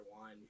one